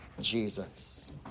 Jesus